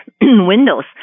Windows